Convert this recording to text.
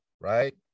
right